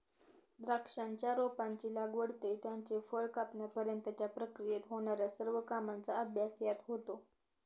द्राक्षाच्या रोपाची लागवड ते त्याचे फळ कापण्यापर्यंतच्या प्रक्रियेत होणार्या सर्व कामांचा अभ्यास यात होतो